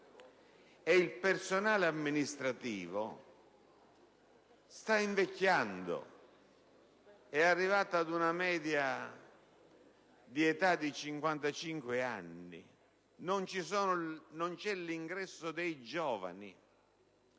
il personale amministrativo sta invecchiando: è arrivato a una media di età di 55 anni. Non c'è l'ingresso dei giovani.